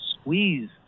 squeeze